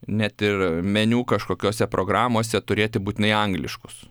net ir meniu kažkokiose programose turėti būtinai angliškus